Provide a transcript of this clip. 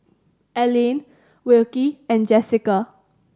Alline Wilkie and Jessica